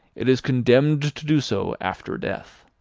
it is condemned to do so after death.